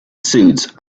suits